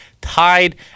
Tied